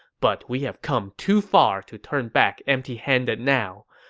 but we have come too far to turn back empty-handed now.